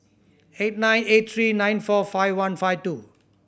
eight nine eight three nine four five one five two